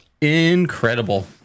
incredible